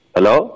Hello